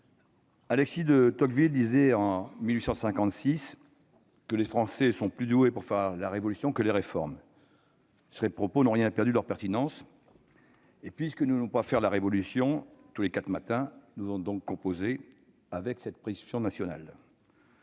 Alexis de Tocqueville en 1856, les Français sont plus doués pour la révolution que pour les réformes. Ces propos n'ont rien perdu de leur pertinence, et puisque nous ne pouvons pas faire la révolution tous les quatre matins, nous devons composer avec cette inclination nationale.